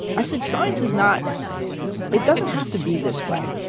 i said, science is not it doesn't have to be this way.